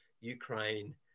Ukraine